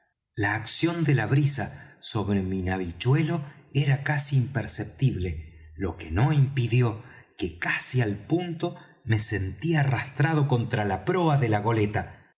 la acción de la brisa sobre mi navichuelo era casi imperceptible lo que no impidió que casi al punto me sentí arrastrado contra la proa de la goleta